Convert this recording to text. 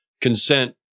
consent